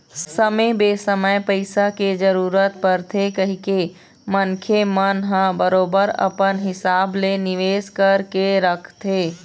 समे बेसमय पइसा के जरूरत परथे कहिके मनखे मन ह बरोबर अपन हिसाब ले निवेश करके रखथे